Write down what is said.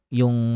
yung